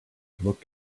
look